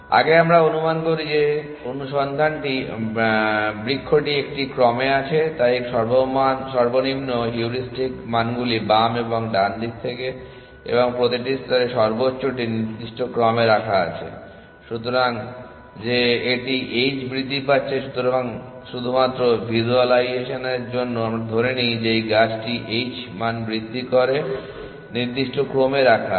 আগে আমরা অনুমান করি যে অনুসন্ধান বৃক্ষটি একটি ক্রমে আছে তাই সর্বনিম্ন হিউরিস্টিক মানগুলি বাম এবং ডান দিক থেকে এবং প্রতিটি স্তরে সর্বোচ্চটি নির্দিষ্ট ক্রমে রাখা আছে । সুতরাং যে এটি h বৃদ্ধি পাচ্ছে শুধুমাত্র ভিজ্যুয়ালাইজেশনের জন্য আমরা ধরে নিই যে এই গাছটি h মান বৃদ্ধি করে নির্দিষ্ট ক্রমে রাখা আছে